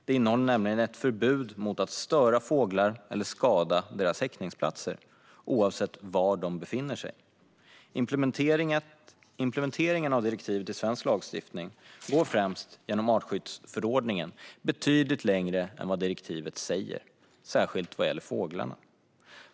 Det innehåller nämligen ett förbud mot att störa fåglar eller skada deras häckningsplatser, oavsett var de befinner sig. Implementeringen av direktivet i svensk lagstiftning går, främst genom artskyddsförordningen, betydligt längre än vad direktivet säger, särskilt vad gäller fåglarna.